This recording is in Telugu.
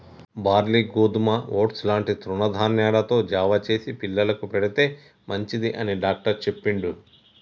బార్లీ గోధుమ ఓట్స్ లాంటి తృణ ధాన్యాలతో జావ చేసి పిల్లలకు పెడితే మంచిది అని డాక్టర్ చెప్పిండు